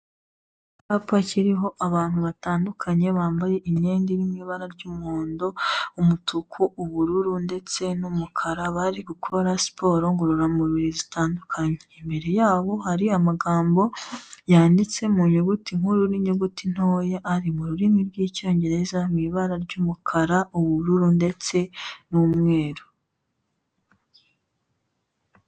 icyapa kiriho abantu batandukanye bambaye imyenda irimo ibara ry'umuhondo, umutuku, ubururu, ndetse numukara. bari gukora sport ngorora mubiri zitandukanye imbere yaho hari amagambo yanditse munyuguti nkuru ninyuguti ntoya ari mururimi rwicyongereza mwibara ryukara ubururu ndetse n'umweru